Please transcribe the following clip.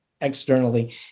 externally